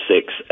six